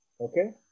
okay